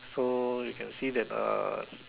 so you can see that uh